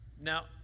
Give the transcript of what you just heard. Now